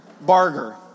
Barger